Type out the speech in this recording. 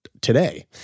today